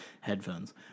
headphones